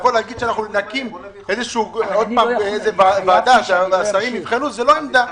להקים עוד ועדה שהשרים יבחנו זו לא עמדה.